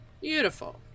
Beautiful